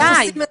מתי?